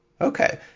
Okay